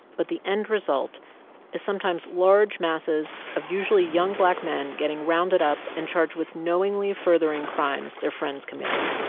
but the end result is sometimes large masses of usually young, black men getting rounded up and charged with knowingly furthering crimes their friends committed.